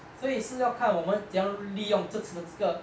所以是要看我们怎样利用这次的这个